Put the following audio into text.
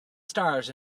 stars